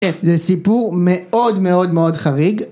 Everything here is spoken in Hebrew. כן, זה סיפור מאוד מאוד מאוד חריג.